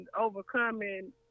overcoming